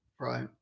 Right